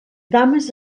dames